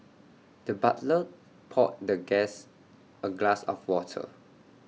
the butler poured the guest A glass of water